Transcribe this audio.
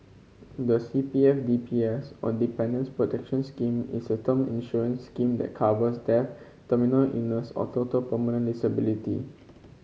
the C P F D P S or Dependants' Protection Scheme is a term insurance scheme that covers death terminal illness or total permanent disability